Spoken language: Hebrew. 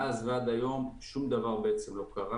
מאז ועד היום שום דבר לא קרה.